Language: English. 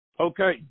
Okay